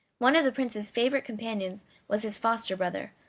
one of the prince's favorite companions was his foster-brother,